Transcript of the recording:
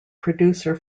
producer